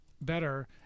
better